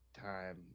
time